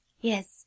Yes